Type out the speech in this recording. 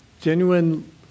Genuine